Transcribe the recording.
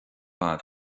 fad